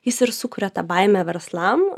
jis ir sukuria tą baimę verslam